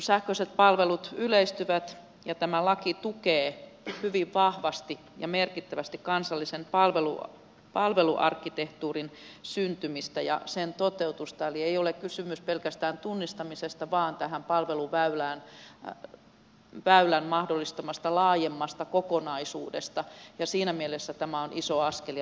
sähköiset palvelut yleistyvät ja tämä laki tukee hyvin vahvasti ja merkittävästi kansallisen palveluarkkitehtuurin syntymistä ja sen toteutusta eli ei ole kysymys pelkästään tunnistamisesta vaan tämän palveluväylän mahdollistamasta laajemmasta kokonaisuudesta ja siinä mielessä tämä on iso askel ja merkittävä askel